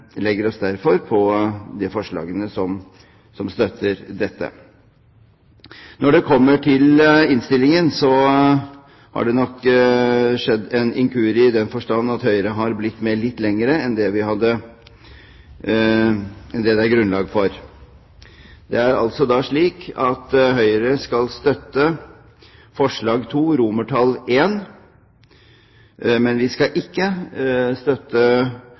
legger oss derfor på de forslagene som støtter dette. Når det gjelder innstillingen, har det nok skjedd en inkurie, i den forstand at Høyre har blitt med litt lenger enn det det er grunnlag for. Det er slik at Høyre skal være med på forslag nr. 2 I, men vi skal ikke støtte